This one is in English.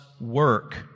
work